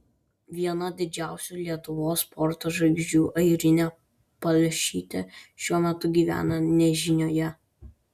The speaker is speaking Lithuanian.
viena didžiausių lietuvos sporto žvaigždžių airinė palšytė šiuo metu gyvena nežinioje